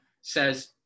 says